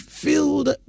filled